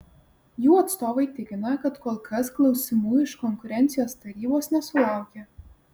jų atstovai tikina kad kol kas klausimų iš konkurencijos tarybos nesulaukė